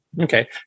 Okay